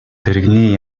тэрэгний